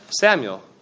Samuel